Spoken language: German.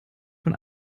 von